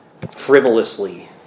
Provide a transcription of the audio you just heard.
frivolously